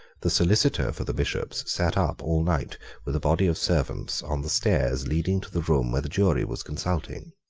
the solicitor for the bishops sate up all night with a body of servants on the stairs leading to the room where the jury was, consulting.